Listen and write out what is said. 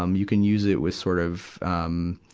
um you can use it with sort of, um,